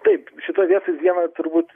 taip šitoj vietoj viena turbūt